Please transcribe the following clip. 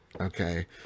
Okay